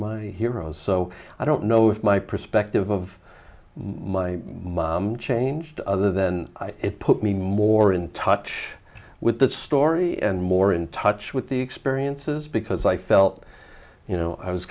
my heroes so i don't know if my perspective of my mom changed other than it put me more in touch with that story and more in touch with the experiences because i felt you know i was